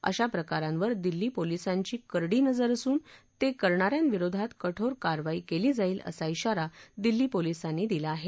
अशा प्रकारांवर दिल्ली पोलीसांची करडी नजर असून ते करणाऱ्यांविरोधात कठोर कारवाई केली जाईल असा श्राा दिल्ली पोलीसांनी दिला आहे